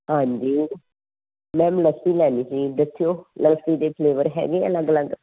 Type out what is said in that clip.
ਹਾਂਜੀ ਮੈਮ ਲੱਸੀ ਲੈਣੀ ਸੀ ਦੱਸਿਓ ਲੱਸੀ ਦੇ ਫਲੇਵਰ ਹੈਗੇ ਅਲੱਗ ਅਲੱਗ